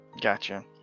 Gotcha